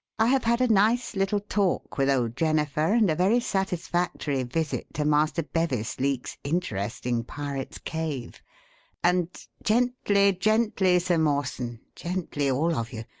i have had a nice little talk with old jennifer, and a very satisfactory visit to master bevis leake's interesting pirates cave' and gently, gently, sir mawson gently, all of you.